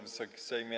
Wysoki Sejmie!